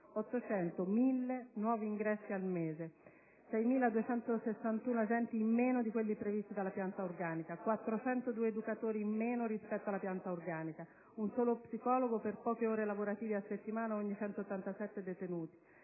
800-1.000 nuovi ingressi al mese; 6.261 agenti in meno di quelli previsti in pianta organica; 402 educatori in meno rispetto alla pianta organica; un solo psicologo, per poche ore lavorative a settimana, ogni 187 detenuti;